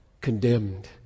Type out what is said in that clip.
condemned